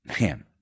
man